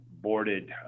boarded